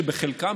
שבחלקן,